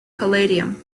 palladium